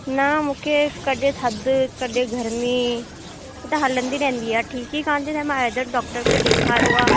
न मूंखे कॾहिं थदि कॾहिं गर्मी त हलंदी रहंदी आहे ठीकु ई कोन्ह थी थिए मां एधर डॉक्टर खे ॾेखारियो आहे